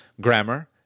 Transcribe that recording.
grammar